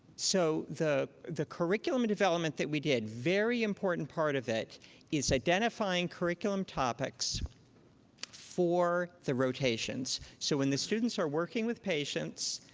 so the the curriculum development that we did, a very important part of it is identifying curriculum topics for the rotations. so when the students are working with patients,